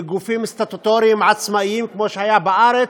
לגופים סטטוטוריים עצמאיים כמו שהיה בארץ,